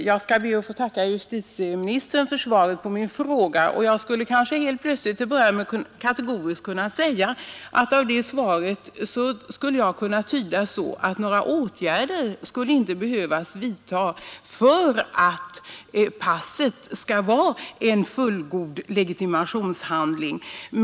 Herr talman! Jag ber att få tacka justitieministern för svaret på min fråga. Helt kategoriskt tyder jag svaret så att några åtgärder inte skulle behöva vidtas för att passet skall utgöra en fullgod legitimationshandling.